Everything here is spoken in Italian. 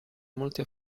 molti